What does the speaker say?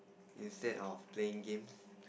instead of playing games